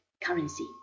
currency